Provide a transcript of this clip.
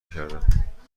کردم